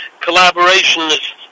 collaborationist